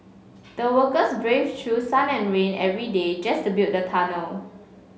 the workers braved through sun and rain every day just to build the tunnel